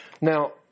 Now